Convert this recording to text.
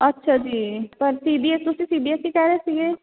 ਅੱਛਾ ਜੀ ਪਰ ਸੀ ਬੀ ਐਸ ਸੀ ਤੁਸੀਂ ਸੀ ਬੀ ਐਸ ਸੀ ਕਹਿ ਰਹੇ ਸੀਗੇ